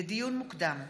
לדיון מוקדם,